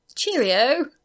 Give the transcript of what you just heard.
Cheerio